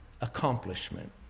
accomplishment